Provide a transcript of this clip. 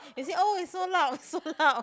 they say oh it's so loud so loud